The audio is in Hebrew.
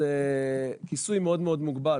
זה כיסוי מאוד מאוד מוגבל,